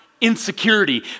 insecurity